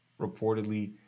reportedly